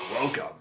Welcome